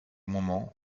moments